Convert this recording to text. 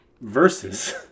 Versus